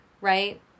Right